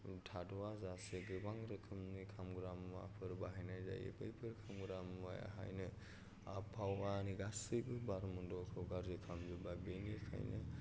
थाद'आजासे गोबां रोखोमनि खामग्रा मुवाफोर बाहायनाय जायो बैफोर खामग्रा मुवाहायनो आबहावानि गासैबो बारमन्डलखौ गाज्रि खालामजोबबाय बेनिखायनो